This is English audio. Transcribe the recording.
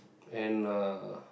and uh